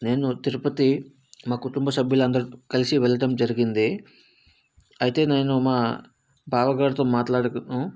నేను తిరుపతి మా కుటుంబ సభ్యులు అందరు కలిసి వెళ్ళడం జరిగింది అయితే నేను మా బావగారితో మాట్లాడను